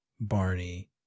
Barney